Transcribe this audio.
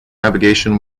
navigation